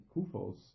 kufos